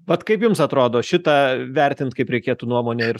vat kaip jums atrodo šitą vertint kaip reikėtų nuomonę ir